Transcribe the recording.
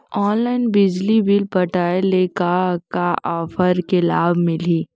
Online बिजली bill पटाय ले का का ऑफ़र के लाभ मिलही?